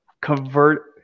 convert